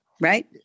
right